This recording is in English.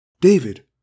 David